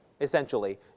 essentially